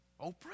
Oprah